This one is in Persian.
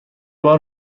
بار